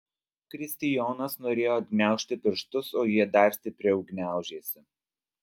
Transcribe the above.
kristijonas norėjo atgniaužti pirštus o jie dar stipriau gniaužėsi